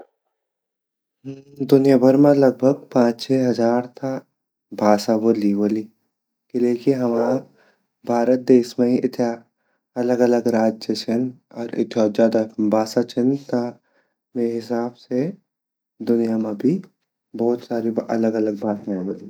दुनिया भर मा लग-भग कम से कम पाँच छे हज़ार भाषा ता वोली किलेकी हमा भारत देश मा ही इत्या अलग-अलग राज्य छिन अर इत्या ज़्यादा भाषा छिन ता वे हिसाब से दुनिया मा भी भोत साडी अलग अलग भाषाएँ वोली।